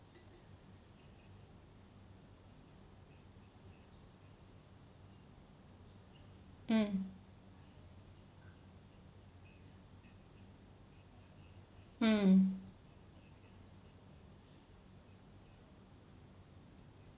mm mm